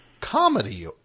Comedy